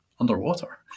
Underwater